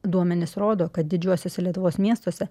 duomenys rodo kad didžiuosiuose lietuvos miestuose